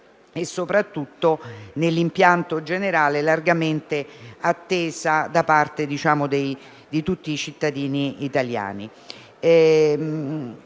e soprattutto, nell'impianto generale, largamente attesa da parte di tutti i cittadini italiani.